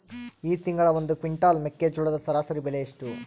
ಈ ತಿಂಗಳ ಒಂದು ಕ್ವಿಂಟಾಲ್ ಮೆಕ್ಕೆಜೋಳದ ಸರಾಸರಿ ಬೆಲೆ ಎಷ್ಟು?